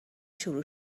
شروع